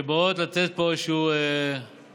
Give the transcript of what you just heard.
שבאות לתת פה איזשהם כלים